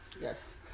Yes